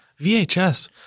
VHS